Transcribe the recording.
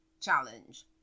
challenge